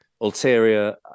Ulterior